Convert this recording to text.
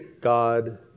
God